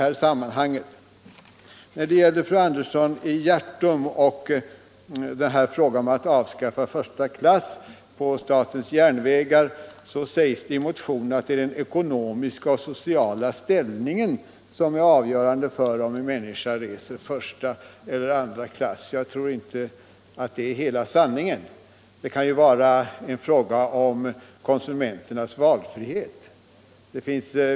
Fru Andersson i Hjärtum talade om att avskaffa första klass på statens Järnvägar. Det sägs i motionen att det är den ekonomiska och sociala ställningen som är avgörande för om en person reser första eller andra klass. Jag tror inte att det är hela sanningen. Det kan ju vara en fråga om konsumenternas valfrihet.